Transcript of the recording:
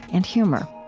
and humor